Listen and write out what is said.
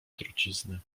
trucizny